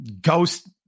ghost